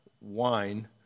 wine